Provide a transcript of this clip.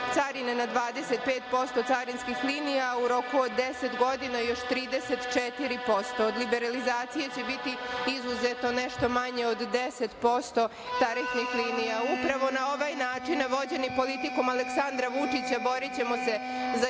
carine na 25% carinskih linija, a u roku od 10 godina još 34%. Od liberalizacije će biti izuzeto nešto manje od 10% tarifnih linija. Upravo na ovaj način vođenim politikom Aleksandra Vučića borićemo se za